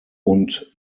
und